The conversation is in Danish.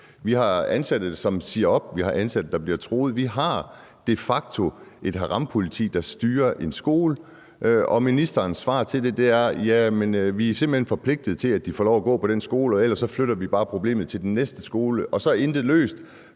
Vi har ansatte, som siger op, vi har ansatte, som bliver truet. Vi har de facto et harampoliti, der styrer en skole, og ministerens svar til det er: Jamen vi er simpelt hen forpligtet til, at de får lov til at gå på den skole, og ellers flytter vi bare problemet til den næste skole, og så er intet løst,